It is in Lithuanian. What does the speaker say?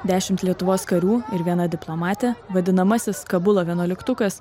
dešimt lietuvos karių ir viena diplomatė vadinamasis kabulo vienuoliktukas